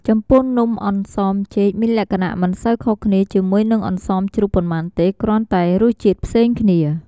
ចំពោះនំអន្សមចេក មានលក្ខណៈមិនសូវខុសគ្នាជាមួយនឹងអន្សមជ្រូកប៉ុន្មានទេ គ្រាន់តែរសជាតិផ្សេងគ្នា។